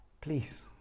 please